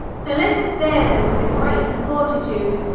so let us bear them with the greater fortitude.